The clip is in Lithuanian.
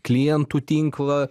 klientų tinklą